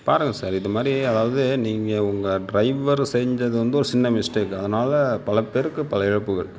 பாருங்கள் சார் இதுமாதிரி அதாவது நீங்கள் உங்கள் டிரைவர் செஞ்சது வந்து ஒரு சின்ன மிஸ்டேக் அதனால் பல பேருக்கு பல இழப்புகள்